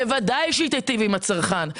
בוודאי שהיא תיטיב עם הצרכן.